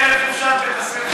תנצל את החופשה של בית-הספר.